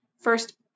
first